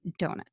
donut